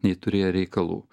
nei turėję reikalų